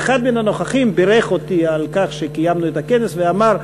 ואחד הנוכחים בירך אותי על כך שקיימנו את הכנס ואמר: